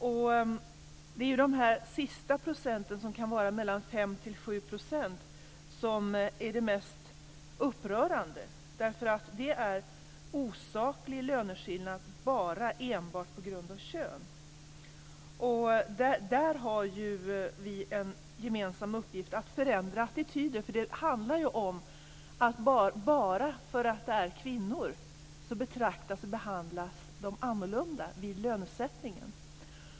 Det är de sista procenten, som kan vara 5-7 %, som är de mest upprörande. Det är osakliga löneskillnader enbart på grund av kön. Där har vi en gemensam uppgift att förändra attityder. Det handlar om att "bara" för att de är kvinnor betraktas och behandlas kvinnor annorlunda vid lönesättning.